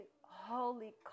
holy